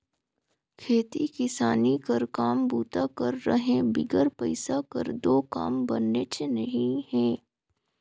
खेती किसानी कर काम बूता कर रहें बिगर पइसा कर दो काम बननेच नी हे